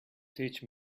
teach